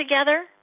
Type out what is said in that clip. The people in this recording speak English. together